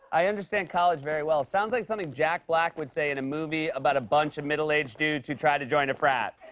i understand college very well. sounds like something jack black would say in a movie about a bunch of middle-aged dudes who try to join a frat.